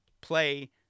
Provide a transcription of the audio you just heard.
Play